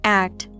act